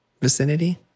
vicinity